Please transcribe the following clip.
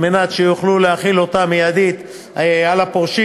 כדי שיוכלו להחיל אותה מייד על הפורשים.